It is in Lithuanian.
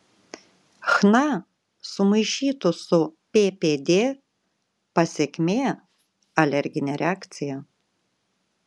chna sumaišytų su ppd pasekmė alerginė reakcija